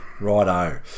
Righto